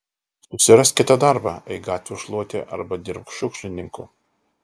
susirask kitą darbą eik gatvių šluoti arba dirbk šiukšlininku